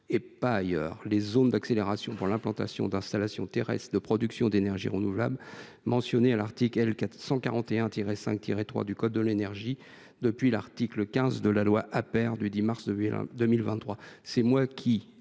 et pas ailleurs, à savoir les zones d’accélération pour l’implantation d’installations terrestres de production d’énergies renouvelables, mentionnées à l’article L. 141 5 3 du code de l’énergie, depuis l’article 15 de la loi du 10 mars 2023 relative